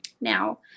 Now